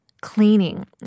Cleaning